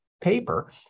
paper